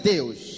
Deus